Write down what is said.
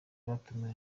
batumiwe